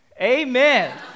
Amen